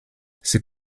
ces